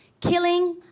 killing